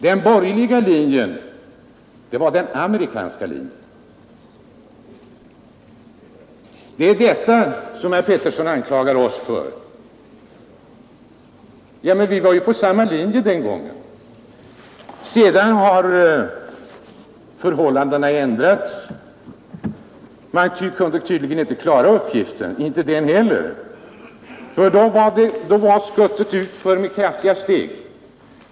Den borgerliga linjen var den amerikanska. Det är för vår inställning i detta sammanhang som herr Pettersson anklagar oss. Men vi var ju på samma linje den gången. Sedan har förhållandena ändrats. Man kunde tydligen inte heller klara den uppgiften.